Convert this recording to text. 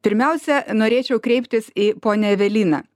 pirmiausia norėčiau kreiptis į ponią eveliną